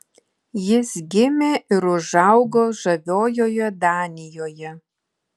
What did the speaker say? jis gimė ir užaugo žaviojoje danijoje